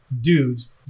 dudes